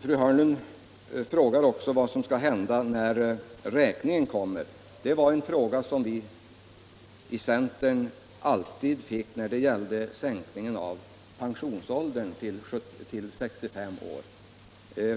Fru Hörnlund frågar också vad som skall hända när räkningen kommer. Det var en fråga som vi i centern alltid fick när det gällde sänkningen av pensionsåldern till 65 år.